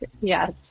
Yes